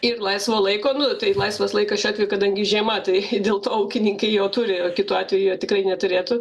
ir laisvo laiko nu tai laisvas laikas šiuo atveju kadangi žiema tai dėl to ūkininkai jo turi kitu atveju jie tikrai neturėtų